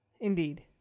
Indeed